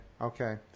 okay